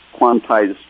quantized